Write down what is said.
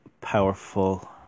powerful